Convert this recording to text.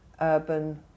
urban